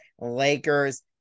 Lakers